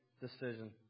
decision